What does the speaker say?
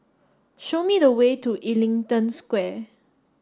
show me the way to Ellington Square